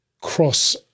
cross